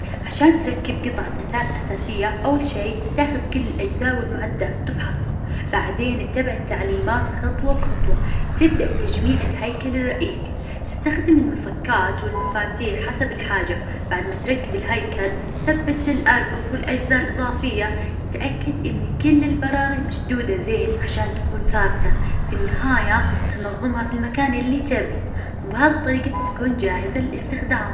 عشان تركب قطعة أثاث أساسية أول شي تاخذ كل الأجزاء والمعدات تفحصها، بعدين اتبع التعليمات خطوة بخطوة، تبدأ بتجميع الهيكل الرئيسي، تستخدم المفكات والمفاتيح حسب الحاجة. بعد ما تركب الهيكل تثبت الأرفف والأجزاء الإضافية. تأكد إن كل البراغي مشدودة زين عشان تكون ثابتة. في النهاية تنظمها في المكان اللي تبي. وبهذه الطريقة تكون جاهزة للإستخدام.